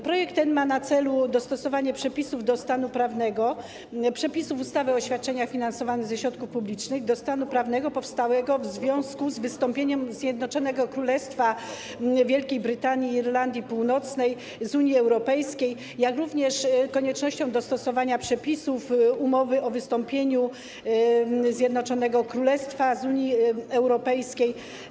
Projekt ten ma na celu dostosowanie przepisów do stanu prawnego, przepisów ustawy o świadczeniach finansowanych ze środków publicznych do stanu prawnego powstałego w związku z wystąpieniem Zjednoczonego Królestwa Wielkiej Brytanii i Irlandii Północnej z Unii Europejskiej, jak również z koniecznością dostosowania przepisów umowy o wystąpieniu Zjednoczonego Królestwa z Unii Europejskiej.